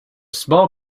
small